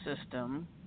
system